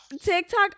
TikTok